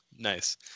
Nice